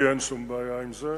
לי אין שום בעיה עם זה,